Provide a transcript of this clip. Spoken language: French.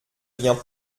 vient